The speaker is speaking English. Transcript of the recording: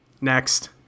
Next